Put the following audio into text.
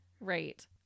Right